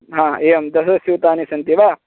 ह एवं दशस्यूतानि सन्ति वा